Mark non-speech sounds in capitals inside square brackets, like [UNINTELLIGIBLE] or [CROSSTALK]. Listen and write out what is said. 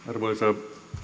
[UNINTELLIGIBLE] arvoisa